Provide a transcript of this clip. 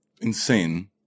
insane